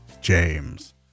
James